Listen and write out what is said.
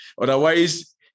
Otherwise